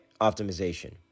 optimization